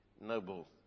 noble